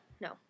No